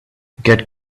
get